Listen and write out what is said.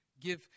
give